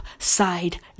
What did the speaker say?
side